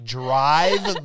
drive